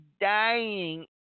dying